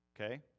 okay